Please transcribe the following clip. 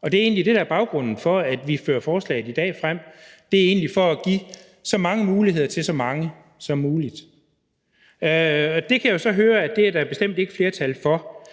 og det er egentlig det, der er baggrunden for, at vi fører forslaget frem i dag, altså for at give så mange muligheder til så mange som muligt. Det kan jeg så høre der bestemt ikke er flertal for.